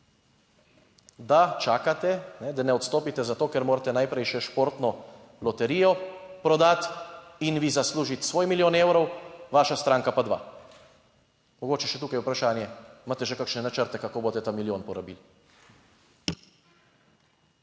da čakate, da ne odstopite, zato, ker morate najprej še športno loterijo prodati in vi zaslužiti svoj milijon evrov, vaša stranka pa dva. Mogoče še tukaj vprašanje, imate že kakšne načrte, kako boste ta milijon porabili?